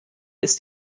ist